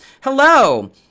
Hello